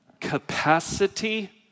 capacity